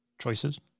Choices